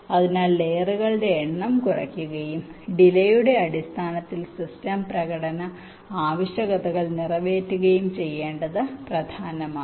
അതിനാൽ ലെയറുകളുടെ എണ്ണം കുറയ്ക്കുകയും ഡിലേയുടെ അടിസ്ഥാനത്തിൽ സിസ്റ്റം പ്രകടന ആവശ്യകതകൾ നിറവേറ്റുകയും ചെയ്യേണ്ടത് പ്രധാനമാണ്